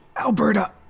Alberta